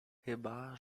chyba